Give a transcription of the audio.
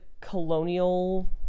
colonial